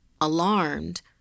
Alarmed